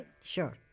Sure